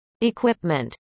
equipment